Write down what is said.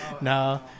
No